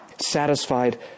satisfied